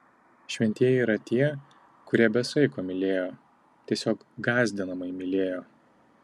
šventieji yra tie kurie be saiko mylėjo tiesiog gąsdinamai mylėjo